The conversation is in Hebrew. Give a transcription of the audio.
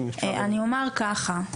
אני אומר ככה,